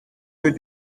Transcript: peu